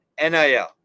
NIL